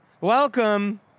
Welcome